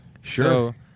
Sure